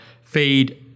feed